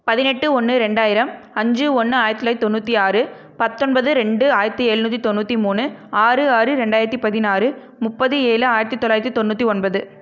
பதினெட்டு ஒன்று ரெண்டாயிரம் அஞ்சு ஒன்று ஆயரத்தி தொள்ளாயிரத்தி தொண்ணூற்றி ஆறு பத்தொன்பது ரெண்டு ஆயிரத்தி எழுநூத்தி தொண்ணூற்றி மூணு ஆறு ஆறு ரெண்டாயிரத்தி பதினாறு முப்பது ஏழு ஆயிரத்தி தொள்ளாயிரத்தி தொண்ணூற்றி ஒன்பது